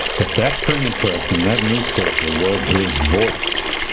but that printing press and that newspaper was his voice.